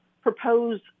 propose